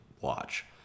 watch